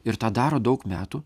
ir tą daro daug metų